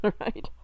right